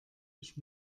ich